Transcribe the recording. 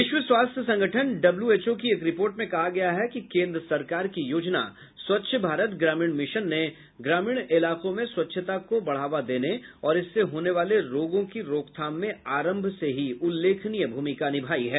विश्व स्वास्थ्य संगठन डब्ल्यूएचओ की एक रिपोर्ट में कहा गया है कि केन्द्र सरकार की योजना स्वच्छ भारत ग्रामीण मिशन ने ग्रामीण इलाकों में स्वच्छता को बढावा देने और इससे होने वाले रोगों की रोकथाम में आरंभ से ही उल्लेखनीय भूमिका निभाई है